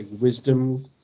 wisdom